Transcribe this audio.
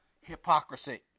hypocrisy